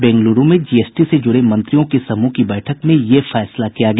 बेंगलुरू में जीएसटी से जुड़े मंत्रियों के समूह की बैठक में ये फैसला किया गया